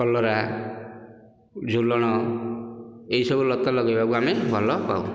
କଲରା ଜୁଲଣ ଏହିସବୁ ଲତା ଲଗାଇବାକୁ ଆମେ ଭଲପାଉ